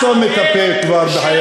תסתום את הפה שלך.